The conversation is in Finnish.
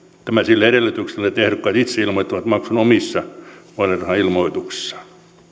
tämä sillä edellytyksellä että ehdokkaat itse ilmoittavat maksut omissa vaalirahailmoituksissaan